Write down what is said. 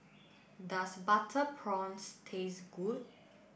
does butter prawns taste good